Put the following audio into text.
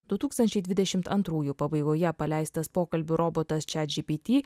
du tūkstančiai dvidešimt antrųjų pabaigoje paleistas pokalbių robotas chatgpt